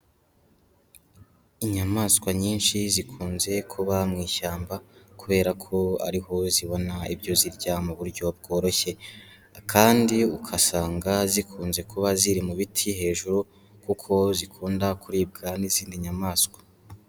Inyamaswa nyinshi zikunze kuba mu ishyamba kubera ko ariho zibona ibyo zirya mu buryo bworoshye kandi ugasanga zikunze kuba ziri mu biti hejuru, kuko zikunda kuribwa n'izindi nyamaswa.